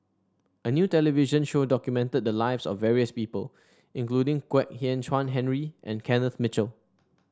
a new television show documented the lives of various people including Kwek Hian Chuan Henry and Kenneth Mitchell